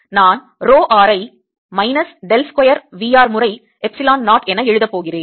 நான் rho r ஐ minus del square V r முறை எப்சிலன் 0 என எழுதப் போகிறேன்